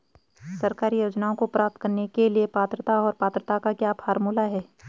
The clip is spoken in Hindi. सरकारी योजनाओं को प्राप्त करने के लिए पात्रता और पात्रता का क्या फार्मूला है?